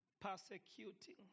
persecuting